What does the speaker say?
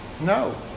No